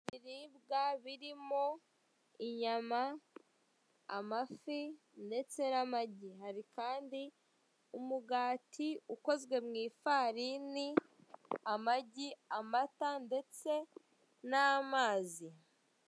Ibiribwa birimo inyama, amafi, ndetse n'amagi. Hari kandi umugati ukozwe mu ifarini, amagi, amata ndetse n'amazi.